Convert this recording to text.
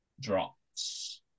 drops